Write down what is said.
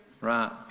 Right